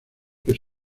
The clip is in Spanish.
que